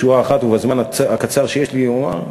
בשורה אחת ובזמן הקצר שיש לי לומר,